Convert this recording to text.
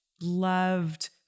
loved